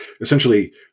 essentially